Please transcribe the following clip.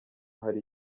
hari